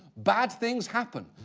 bad things happen.